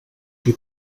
qui